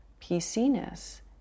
PC-ness